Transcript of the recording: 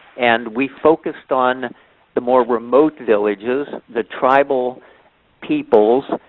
and we focused on the more remote villages, the tribal peoples,